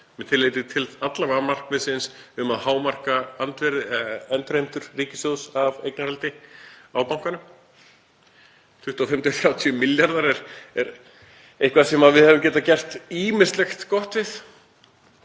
með tilliti til markmiðsins um að hámarka endurheimtur ríkissjóðs af eignarhaldi á bankanum. 25–30 milljarðar eru eitthvað sem við hefðum getað gert ýmislegt gott við,